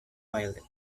violet